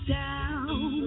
down